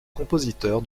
compositeur